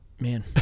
Man